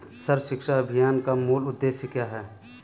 सर्व शिक्षा अभियान का मूल उद्देश्य क्या है?